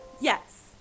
Yes